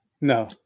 No